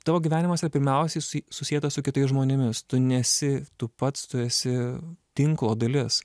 tavo gyvenimas yra pirmiausiai su susietas su kitais žmonėmis tu nesi tu pats tu esi tinklo dalis